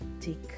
Take